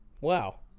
Wow